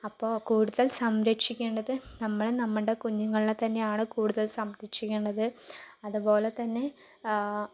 അപ്പോൾ കൂടുതൽ സംരക്ഷിക്കേണ്ടത് നമ്മളെ നമ്മുടെ കുഞ്ഞുങ്ങളെ തന്നെയാണ് കൂടുതൽ സംരക്ഷിക്കേണ്ടത് അതുപോലെ തന്നെ